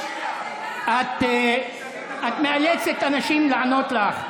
את מאלצת אנשים לענות לך.